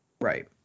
Right